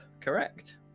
correct